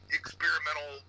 experimental